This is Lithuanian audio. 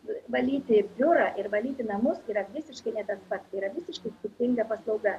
valyti biurą ir valyti namus yra visiškai ne tas pats yra visiškai skirtinga paslauga